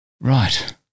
right